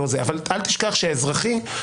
נתייעץ.